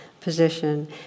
position